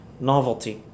novelty